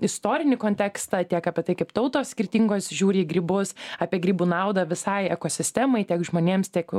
istorinį kontekstą tiek apie tai kaip tautos skirtingos žiūri į grybus apie grybų naudą visai ekosistemai tiek žmonėms tiek